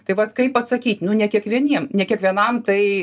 tai vat kaip atsakyt nu ne kiekvieniem ne kiekvienam tai